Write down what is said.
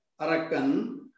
Arakan